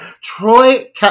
Troy